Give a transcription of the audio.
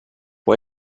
può